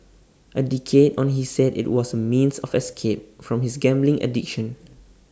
A decade on he said IT was A means of escape from his gambling addition